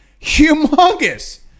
Humongous